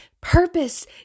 purpose